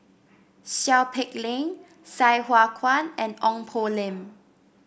Seow Peck Leng Sai Hua Kuan and Ong Poh Lim